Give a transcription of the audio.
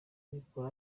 rikora